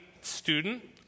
student